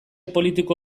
politiko